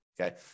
Okay